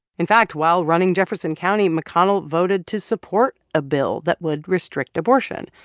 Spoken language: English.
in fact, while running jefferson county, mcconnell voted to support a bill that would restrict abortion,